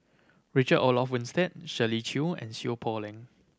Richard Olaf Winstedt Shirley Chew and Seow Poh Leng